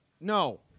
no